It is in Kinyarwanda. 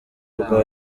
bwa